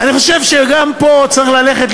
אני חושב שגם פה צריך ללכת,